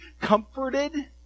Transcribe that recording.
comforted